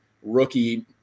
rookie